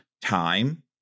time